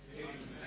Amen